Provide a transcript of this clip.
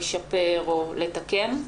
לשפר או לתקן.